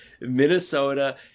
Minnesota